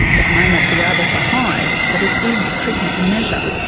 it may not be able to hide but it is tricky to measure.